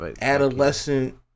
Adolescent